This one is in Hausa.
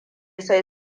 sai